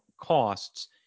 costs